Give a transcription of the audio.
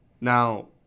Now